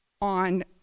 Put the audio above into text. on